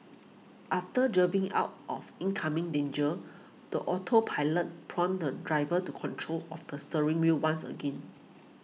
after drove in out of incoming danger the autopilot prompted the driver to control of the steering wheel once again